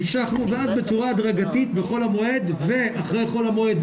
המשכנו ואז בצורה הדרגתית בחול המועד ואחרי חול המועד,